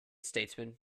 statesman